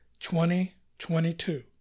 2022